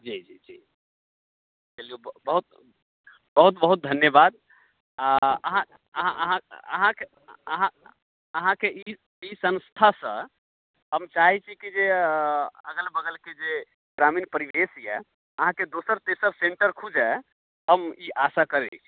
जी जी जी चलियौ बहुत बहुत बहुत धन्यवाद आ अहाँ अहाँ अहाँके अहाँ अहाँके ई संस्थासँ हम चाहैत छी कि जे अगल बगलके जे ग्रामीण परिवेश यए अहाँके दोसर तेसर सेंटर खूजए हम ई आशा करैत छी